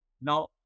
Now